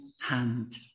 hand